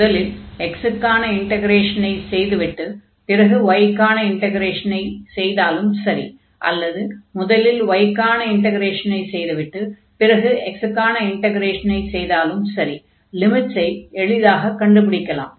முதலில் x க்கான இன்டக்ரேஷனை செய்துவிட்டு பிறகு y க்கான இன்டக்ரேஷனை செய்தாலும் சரி அல்லது முதலில் y க்கான இன்டக்ரேஷனை செய்துவிட்டு பிறகு x க்கான இன்டக்ரேஷனை செய்தாலும் சரி லிமிட்ஸை எளிதாகக் கண்டுபிடிக்கலாம்